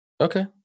Okay